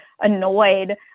annoyed